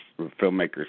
filmmakers